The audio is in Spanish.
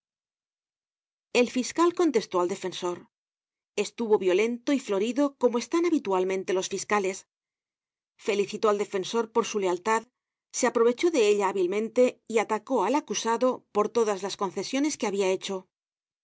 el fiscal contestó al defensor estuvo violento y florido como están habitualmente los fiscales felicitó al defensor por su lealtad se aprovechó de ella hábilmente y atacó al acusado por todas tos concesiones que habia hecho